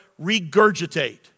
regurgitate